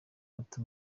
ati